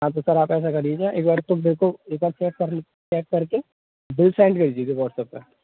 हाँ तो सर आप ऐसा कर लीजिए एक बार तो मेरेको एक बार चेक कर ले चेक करके फूल साइज़ भेज दीजिए व्हाट्सएप पर